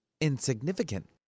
insignificant